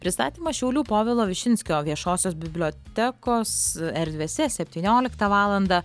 pristatymas šiaulių povilo višinskio viešosios bibliotekos erdvėse septynioliktą valandą